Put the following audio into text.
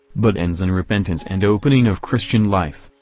but ends in repentance and opening of christian life.